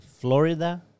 florida